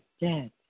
dead